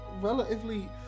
relatively